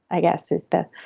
i guess. is the